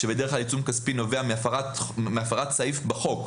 שבדרך כלל עיצום כספי נובע מהפרת סעיף בחוק,